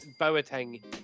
Boateng